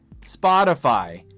Spotify